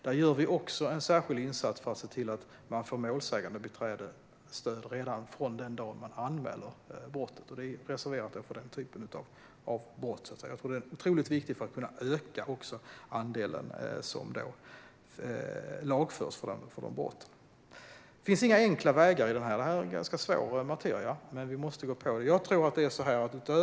Där gör vi också en särskild insats för att se till att man får målsägandebiträdesstöd redan från den dag man anmäler brottet. Det är reserverat för den typen av brott. Jag tror att det är otroligt viktigt för att kunna öka andelen som lagförs för de brotten. Det finns inga enkla vägar i det här. Det är ganska svår materia, men vi måste gå på det.